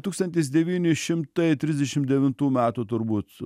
tūkstantis devyni šimtai trisdešim devintų metų turbūt